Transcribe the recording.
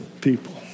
people